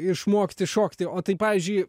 išmokti šokti o tai pavyzdžiui